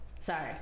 Sorry